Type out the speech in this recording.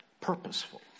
Purposeful